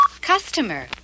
Customer